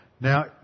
Now